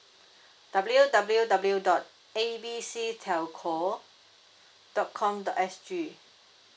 W W W dot A B C telco dot com dot S_G